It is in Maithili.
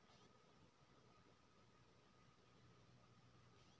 कृपया हमरा हमर खाता से पिछला पांच लेन देन देखाबु